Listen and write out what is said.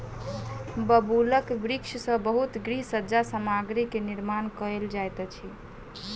बबूलक वृक्ष सॅ बहुत गृह सज्जा सामग्री के निर्माण कयल जाइत अछि